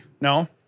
No